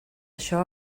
això